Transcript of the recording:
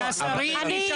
בבניין.